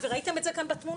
וראיתם את זה כאן בתמונות,